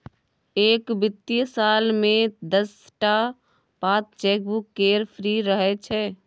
एक बित्तीय साल मे दस टा पात चेकबुक केर फ्री रहय छै